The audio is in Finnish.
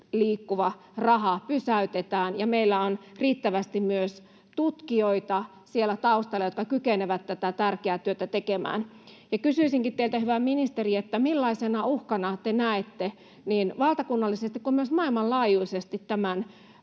liikkuva raha pysäytetään, ja meillä on siellä taustalla riittävästi myös tutkijoita, jotka kykenevät tätä tärkeää työtä tekemään. Kysyisinkin teiltä, hyvä ministeri: Millaisena uhkana te näette niin valtakunnallisesti kuin maailmanlaajuisesti tämän